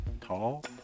tall